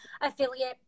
affiliate